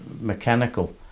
mechanical